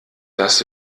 das